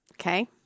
Okay